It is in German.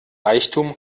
reichtum